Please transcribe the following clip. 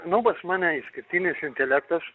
nu pas mane išskirtinis intelektas